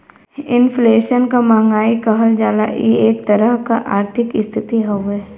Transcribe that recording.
inflation क महंगाई कहल जाला इ एक तरह क आर्थिक स्थिति हउवे